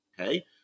okay